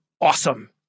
Awesome